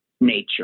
nature